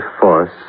force